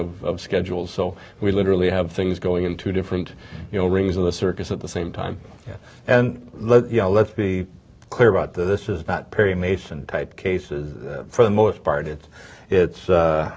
of schedules so we literally have things going in two different you know rings of the circus at the same time and let's be clear about this is that perry mason type cases for the most part it's it's